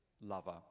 lover